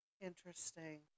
Interesting